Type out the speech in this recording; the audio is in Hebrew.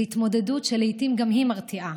זה התמודדות שלעיתים גם היא מרתיעה.